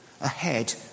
ahead